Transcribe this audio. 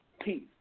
peace